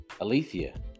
aletheia